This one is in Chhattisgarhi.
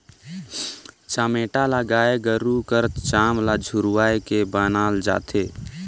चमेटा ल गाय गरू कर चाम ल झुरवाए के बनाल जाथे